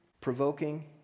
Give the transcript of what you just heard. provoking